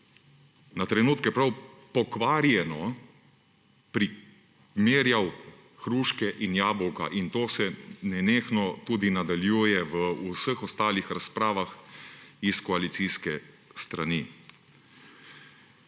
na trenutke prav pokvarjeno primerjal hruške in jabolka. To se nenehno nadaljuje tudi v vseh ostalih razpravah s koalicijske strani.